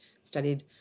studied